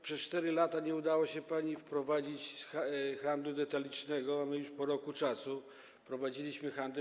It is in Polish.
Przez 4 lata nie udało się pani wprowadzić handlu detalicznego, a my już po roku wprowadziliśmy handel.